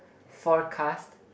forecast